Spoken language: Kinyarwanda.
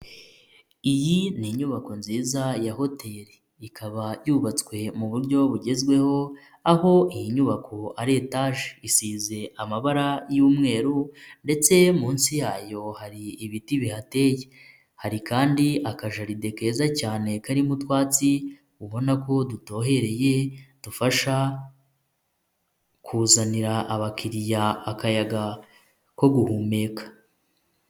Iyi ni inyubako nziza ya hoteli, ikaba yubatswe mu buryo bugezweho, aho iyi nyubako ari etaje isize amabara y'umweru ndetse munsi yayo hari ibiti bihateye, hari kandi akajaride keza cyane karimo utwatsi, ubona ko dutohereye dufasha kuzanira abakiriya akayaga ko guhumeka.